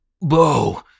bow